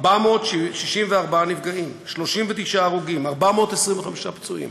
464 נפגעים, 39 הרוגים, 425 פצועים.